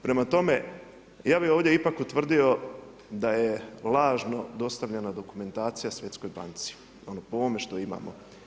Prema tome, ja bi ovdje ipak utvrdio da je lažno dostavljeno dokumentacije Svjetskoj banci po ovome što imamo.